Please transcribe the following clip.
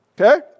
Okay